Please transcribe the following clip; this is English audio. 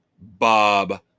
Bob